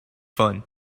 fun